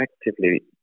effectively